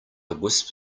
wisp